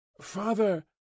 Father